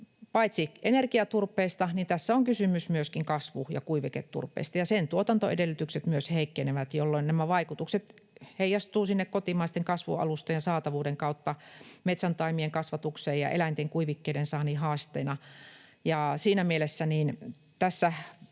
Paitsi energiaturpeesta tässä on kysymys myöskin kasvu- ja kuiviketurpeesta, ja myös sen tuotantoedellytykset heikkenevät, jolloin nämä vaikutukset heijastuvat kotimaisten kasvualustojen saatavuuden kautta metsäntaimien kasvatukseen ja eläinten kuivikkeiden saannin haasteina. Siinä mielessä tässä